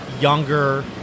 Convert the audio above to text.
younger